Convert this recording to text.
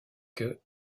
que